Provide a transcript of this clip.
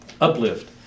uplift